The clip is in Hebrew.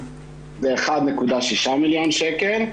1.6 מיליון שקל,